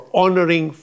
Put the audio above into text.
honoring